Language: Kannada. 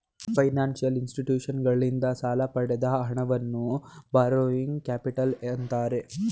ಫೈನಾನ್ಸಿಯಲ್ ಇನ್ಸ್ಟಿಟ್ಯೂಷನ್ಸಗಳಿಂದ ಸಾಲ ಪಡೆದ ಹಣವನ್ನು ಬಾರೋಯಿಂಗ್ ಕ್ಯಾಪಿಟಲ್ ಅಂತ್ತಾರೆ